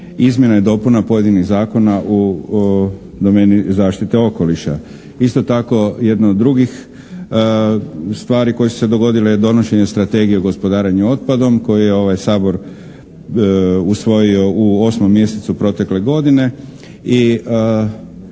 izmjena i dopuna pojedinih zakona u domeni zaštite okoliša. Isto tako jedna od drugih stvari koje su se dogodile je donošenje strategije o gospodarenju otpadom koju je ovaj Sabor usvojio u 8. mjesecu protekle godine i